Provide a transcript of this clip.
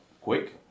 quick